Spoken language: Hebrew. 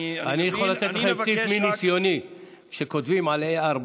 אני יכול לתת לך טיפ, מניסיוני: כשכותבים על A4